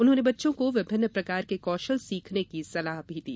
उन्होंने बच्चों को विभिन्न प्रकार के कौशल सीखने की सलाह भी दी